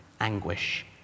anguish